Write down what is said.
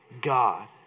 God